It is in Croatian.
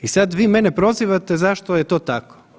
I sad vi mene prozivate zašto je to tako.